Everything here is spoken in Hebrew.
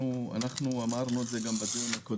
אנחנו אמרנו את זה גם בדיון הקודם,